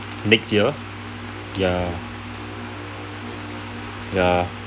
next year ya ya